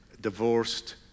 divorced